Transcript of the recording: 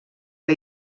que